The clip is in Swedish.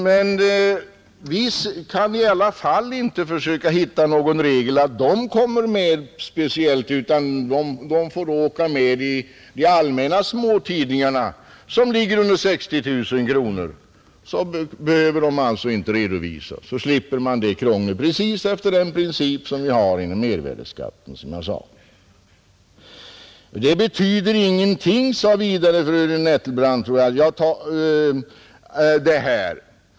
Men vi kan i alla fall inte hitta någon regel som säger att dessa tidningar blir skattskyldiga, utan de får åka med bland de andra småtidningarna som ligger under 60 000-kronorsgränsen. Då slipper man krångel med redovisningen, precis efter den princip som gäller i fråga om mervärdeskatten. Det här betyder ingenting, sade fru Nettelbrandt vidare.